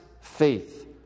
faith